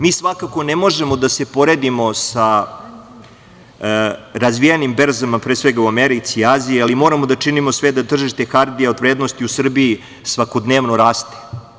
Mi svakako ne možemo da se poredimo sa razvijenim berzama pre svega u Americi i Aziji, ali moramo da činimo sve da tržište hartija od vrednosti u Srbiji svakodnevno raste.